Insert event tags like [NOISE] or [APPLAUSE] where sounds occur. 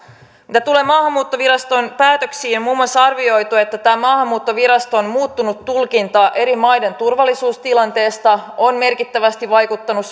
mitä tulee maahanmuuttoviraston päätöksiin niin on muun muassa arvioitu että tämä maahanmuuttoviraston muuttunut tulkinta eri maiden turvallisuustilanteesta on merkittävästi vaikuttanut [UNINTELLIGIBLE]